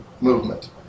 movement